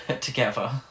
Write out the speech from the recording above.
together